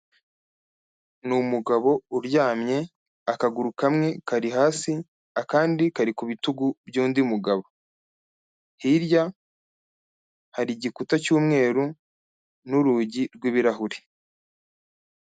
Ni umugabo uryamye akaguru kamwe kari hasi, akandi kari ku bitugu by'undi mugabo. Hirya hari igikuta cy'umweru n'urugi rw'ibirahuri.